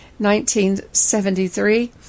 1973